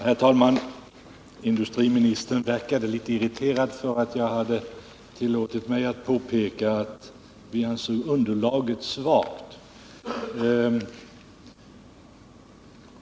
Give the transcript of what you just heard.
Herr talman! Industriministern verkade litet irriterad för att jag tillåtit mig påpeka att näringsutskottet ansett underlaget vara svagt.